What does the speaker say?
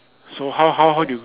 so how how how do you